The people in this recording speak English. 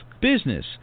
business